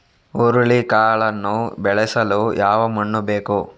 ಹುರುಳಿಕಾಳನ್ನು ಬೆಳೆಸಲು ಯಾವ ಮಣ್ಣು ಬೇಕು?